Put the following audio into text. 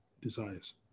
desires